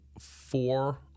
four